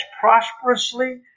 prosperously